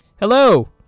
Hello